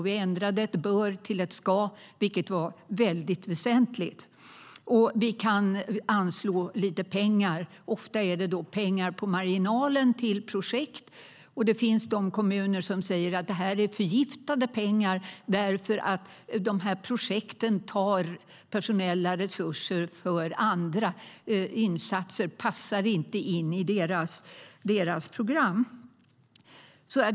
Vi ändrade ett "bör" till ett "ska", vilket var mycket väsentligt. Vi kan anslå lite pengar. Ofta är det pengar på marginalen som går till olika projekt. Det finns kommuner som säger att det är förgiftade pengar, eftersom projekten tar personella resurser från annat. Det passar inte in i deras program.